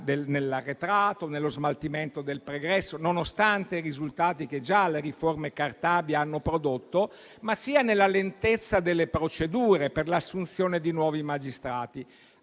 nell'arretrato, nello smaltimento del pregresso (nonostante i risultati che già le riforme Cartabia hanno prodotto), sia nella lentezza delle procedure per l'assunzione di nuovi magistrati.